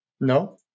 No